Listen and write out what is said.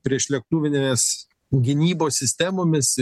priešlėktuvinės gynybos sistemomis